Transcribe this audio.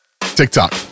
TikTok